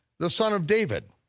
the son of david.